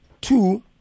Two